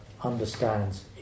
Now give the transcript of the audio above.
understands